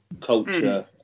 culture